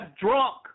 drunk